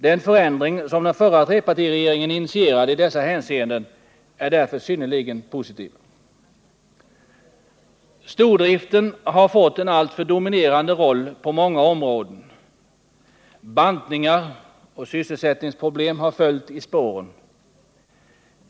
Den förändring som den förra trepartiregeringen initierade i dessa hänseenden är därför synnerligen positiv. Stordriften har fått en alltför dominerande roll på många områden. Bantningar och sysselsättningsproblem har följt i dess spår.